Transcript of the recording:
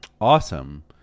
Awesome